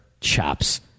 chops